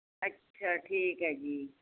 ਅੱਛਾ ਠੀਕ ਹੈ ਜੀ